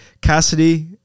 Cassidy